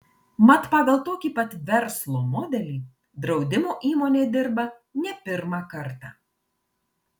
mat pagal tokį pat verslo modelį draudimo įmonė dirba ne pirmą kartą